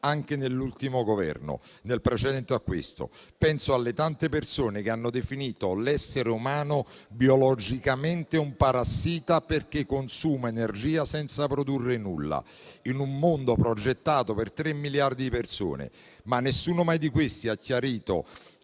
anche nel Governo precedente a questo. Penso alle tante persone che hanno definito l'essere umano biologicamente un parassita, perché consuma energia senza produrre nulla, in un mondo progettato per 3 miliardi di persone. Ma nessuno mai ha chiarito